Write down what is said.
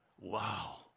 wow